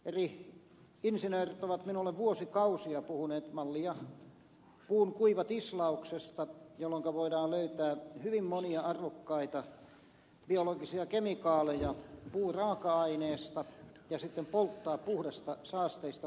eri insinöörit ovat minulle vuosikausia puhuneet mallia puun kuivatislauksesta jolloinka voidaan löytää hyvin monia arvokkaita biologisia kemikaaleja puuraaka aineesta ja sitten polttaa puhdasta saasteista vapaata hiiltä